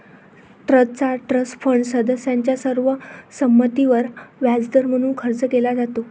ट्रस्टचा trust fund सदस्यांच्या सर्व संमतीवर व्याजदर म्हणून खर्च केला जातो